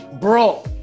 Bro